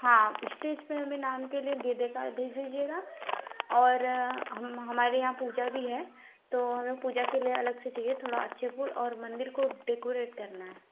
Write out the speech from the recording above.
हाँ इश्टेज पर हमें नाम के लिए गेंदे का दे दीजिएगा और हम हमारे यहाँ पूजा भी है तो हमें पूजा के लिए अलग से चाहिए थोड़ा अच्छे फूल और मंदिर को डेकोरेट करना है